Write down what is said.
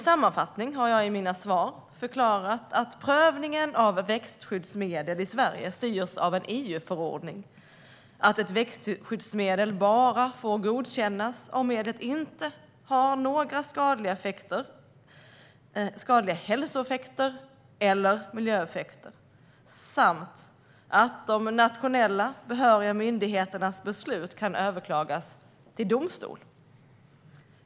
I sammanfattning har jag i mina svar förklarat att prövningen av växtskyddsmedel i Sverige styrs av en EU-förordning, att ett växtskyddsmedel bara får godkännas om medlet inte har några skadliga hälso eller miljöeffekter samt att de nationella behöriga myndigheternas beslut kan överklagas till domstol.